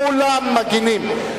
כולם מגינים.